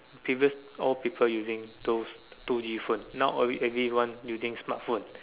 previous all people using two two D phone now all everyone using smart phone